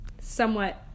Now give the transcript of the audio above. somewhat